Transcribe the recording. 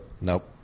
Nope